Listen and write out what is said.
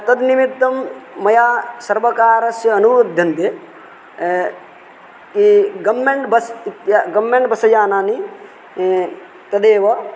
तद् निमित्तं मया सर्वकारस्य अनुमुद्यन्ते कि गव्मेण्ट् बस् गव्मेण्ट् बस यानानि तदेव